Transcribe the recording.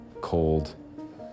cold